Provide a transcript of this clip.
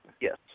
Yes